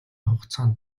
хугацаанд